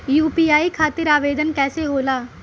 UPI खातिर आवेदन कैसे होला?